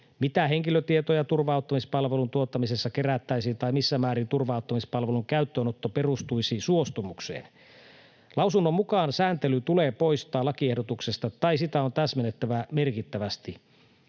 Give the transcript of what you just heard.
mitä henkilötietoja turva-auttamispalvelun tuottamisessa kerättäisiin tai missä määrin turva-auttamispalvelun käyttöönotto perustuisi suostumukseen. Lausunnon mukaan sääntely tulee poistaa lakiehdotuksesta tai sitä on täsmennettävä merkittävästi.